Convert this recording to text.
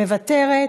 מוותרת.